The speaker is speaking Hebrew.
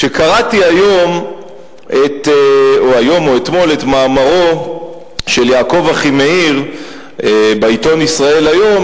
כשקראתי היום או אתמול את מאמרו של יעקב אחימאיר בעיתון "ישראל היום",